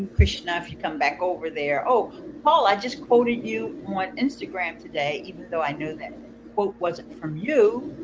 krishna if you come back over there. oh paul! i just quoted you on instagram today even though i know the quote wasn't from you,